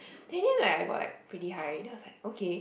then in the end like I got like pretty high then I was like okay